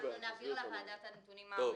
אנחנו נעביר לוועדה את הנתונים המדויקים.